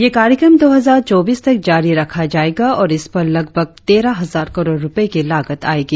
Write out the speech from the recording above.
यह कार्यक्रम दो हजार चौबीस तक जारी रखा जाएगा और इस पर लगभग तेरह हजार करोड़ रुपये की लागत आएगी